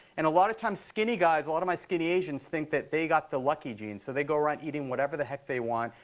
and a lot of times, skinny guys, a lot of my skinny asians, think that they got the lucky genes. so they go around, eating whatever the heck they want.